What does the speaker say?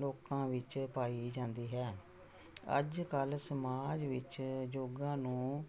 ਲੋਕਾਂ ਵਿੱਚ ਪਾਈ ਜਾਂਦੀ ਹੈ ਅੱਜ ਕੱਲ੍ਹ ਸਮਾਜ ਵਿੱਚ ਯੋਗਾ ਨੂੰ